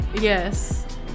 Yes